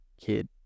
kid